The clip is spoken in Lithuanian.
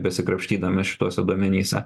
besikrapštydami šituose duomenyse